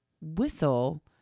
whistle